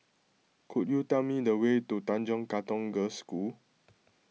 could you tell me the way to Tanjong Katong Girls' School